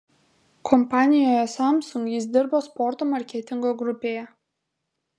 kompanijoje samsung jis dirbo sporto marketingo grupėje